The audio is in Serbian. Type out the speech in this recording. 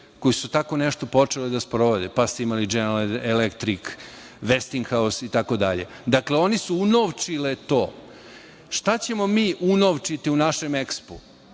koji su tako nešto počele da sprovode, pa ste imale „General Electric“, „Vestinghaus“ itd. Dakle, oni su unovčile to. Šta ćemo mi unovčiti u našem EXPO-u?